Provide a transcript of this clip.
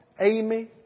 Amy